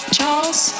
Charles